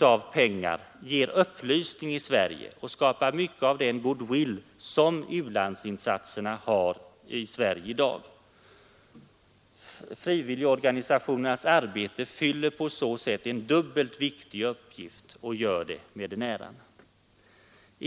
av pengar ger upplysning i Sverige och skapar mycket av den goodwill som u-landsinsatserna har i Sverige i dag. Frivilligorganisationernas arbete fyller på så sätt en dubbelt viktig uppgift och gör det med den äran. Herr talman!